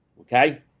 okay